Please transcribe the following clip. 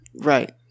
Right